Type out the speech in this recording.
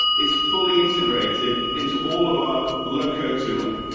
it's fully integrated into all of our loco tooling,